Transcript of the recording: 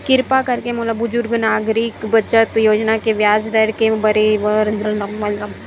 किरपा करके मोला बुजुर्ग नागरिक बचत योजना के ब्याज दर के बारे मा बतावव